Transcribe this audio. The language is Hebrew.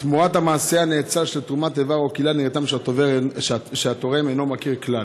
תמורת המעשה הנאצל של תרומת איבר או כליה לנתרם שהתורם אינו מכיר כלל.